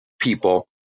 people